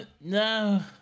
no